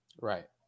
Right